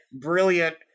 brilliant